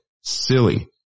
silly